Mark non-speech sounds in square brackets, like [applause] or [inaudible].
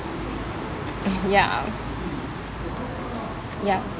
[laughs] ya s~ ya